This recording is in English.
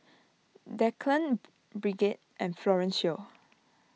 Declan Bridget and Florencio